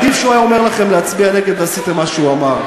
עדיף שהוא היה אומר לכם להצביע נגד ועשיתם מה שהוא אמר.